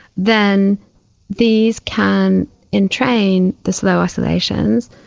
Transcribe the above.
then these can entrain the slow oscillations,